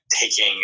taking